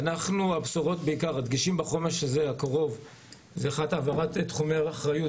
הדגשים בחומש הקרוב הם העברת תחומי האחריות